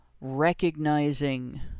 recognizing